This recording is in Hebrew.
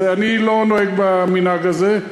אז אני לא נוהג במנהג הזה.